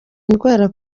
indwara